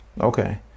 Okay